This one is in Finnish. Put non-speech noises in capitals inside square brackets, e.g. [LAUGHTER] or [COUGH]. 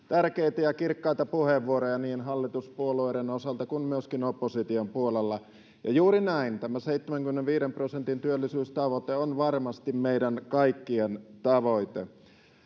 [UNINTELLIGIBLE] tärkeitä ja kirkkaita puheenvuoroja niin hallituspuolueiden osalta kuin myöskin opposition puolelta ja juuri näin tämä seitsemänkymmenenviiden prosentin työllisyystavoite on varmasti meidän kaikkien tavoite